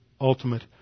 ultimate